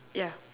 ya